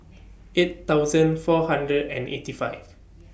eight thousand four hundred and eighty five